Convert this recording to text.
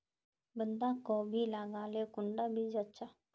बंधाकोबी लगाले कुंडा बीज अच्छा?